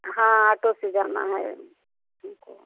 हाँ आटो से जाना है हमको